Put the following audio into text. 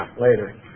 later